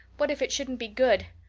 what if it shouldn't be good!